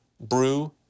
brew